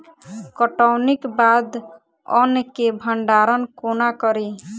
कटौनीक बाद अन्न केँ भंडारण कोना करी?